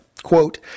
quote